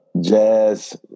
jazz